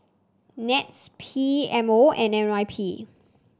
NETS P M O and N Y P